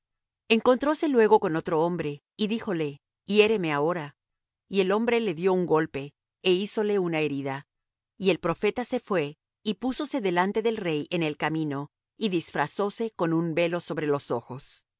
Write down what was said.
hirióle encontróse luego con otro hombre y díjole hiéreme ahora y el hombre le dió un golpe é hízole una herida y el profeta se fué y púsose delante del rey en el camino y disfrazóse con un velo sobre los ojos y como el